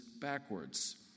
backwards